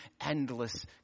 endless